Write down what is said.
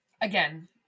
Again